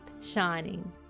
shining